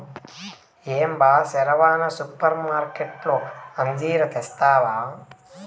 ఏం బా సెరవన సూపర్మార్కట్లో అంజీరా తెస్తివా